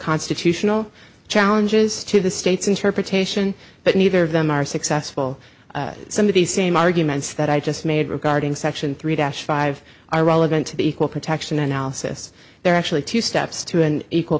constitutional challenges to the state's interpretation but neither of them are successful some of the same arguments that i just made regarding section three dash five are relevant to the equal protection analysis there are actually two steps to an equal